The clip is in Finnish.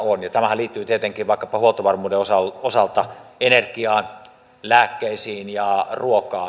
tämähän liittyy tietenkin vaikkapa huoltovarmuuden osalta energiaan lääkkeisiin ja ruokaan